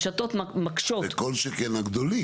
וכל שכן הגדולים.